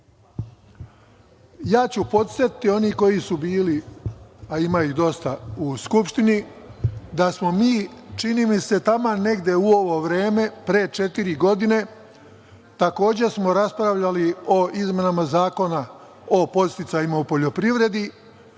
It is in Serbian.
Podsetiću, oni koji su bili, a ima ih dosta u Skupštini, da smo mi, čini mi se, taman negde u ovo vreme pre četiri godine takođe raspravljali o izmenama Zakona o podsticajima u poljoprivredi.